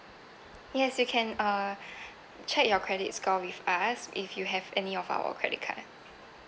yes you can uh check your credit score with us if you have any of our credit card